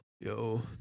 Yo